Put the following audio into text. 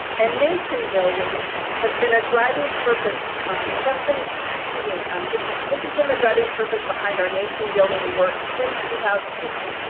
and nation building has been a driving purpose that's been excuse me um this this has been the driving purpose behind our nation building work since two thousand and eight.